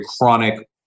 chronic